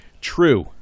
True